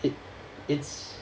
it it's